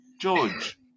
George